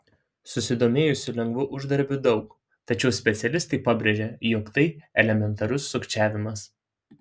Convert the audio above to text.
susidomėjusių lengvu uždarbiu daug tačiau specialistai pabrėžia jog tai elementarus sukčiavimas